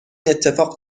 اتفاق